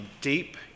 deep